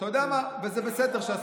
ואתה יודע מה, זה בסדר שאסור.